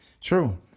True